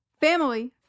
Family